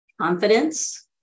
Confidence